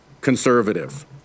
conservative